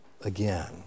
again